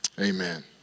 Amen